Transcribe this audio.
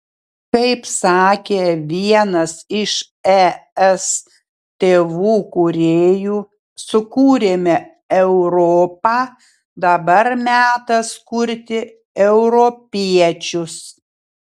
kaip sakė vienas iš es tėvų kūrėjų sukūrėme europą dabar metas kurti europiečius